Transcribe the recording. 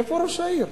איפה ראש העיר?